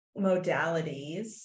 modalities